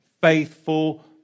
faithful